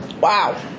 Wow